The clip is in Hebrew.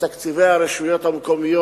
בתקציבי הרשויות המקומיות?